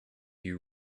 you